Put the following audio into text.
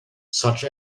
such